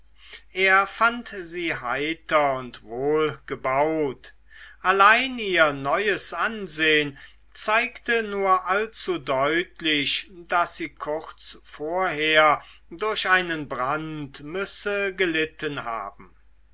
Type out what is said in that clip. er fand sie heiter und wohlgebaut allein ihr neues ansehn zeigte nur allzudeutlich daß sie kurz vorher durch einen brand müsse gelitten haben